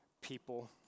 people